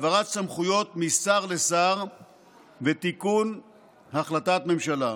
העברת סמכויות משר לשר ותיקון החלטת ממשלה.